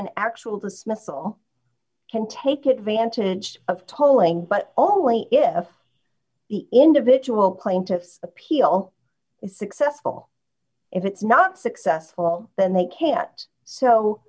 an actual dismissal can take advantage of tolling but only if the individual plaintiffs appeal is successful if it's not successful then they can't so